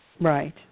Right